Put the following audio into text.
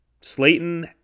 Slayton